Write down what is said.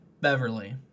Beverly